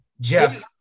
Jeff